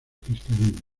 cristianismo